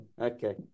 Okay